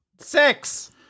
Six